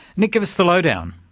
nick give us the low-down.